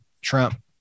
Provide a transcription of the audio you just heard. Trump